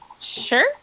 Sure